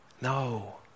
no